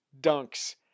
dunks